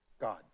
God